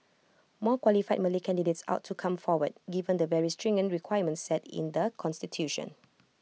more qualified Malay candidates ought to come forward given the very stringent requirements set in the Constitution